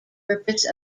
purpose